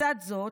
לצד זאת,